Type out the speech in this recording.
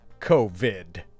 COVID